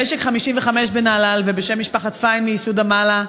ממשק 55 בנהלל, ובשם משפחת פיין מיסוד-המעלה,